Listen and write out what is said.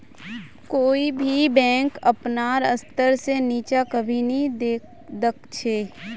कोई भी बैंक अपनार स्तर से नीचा कभी नी दख छे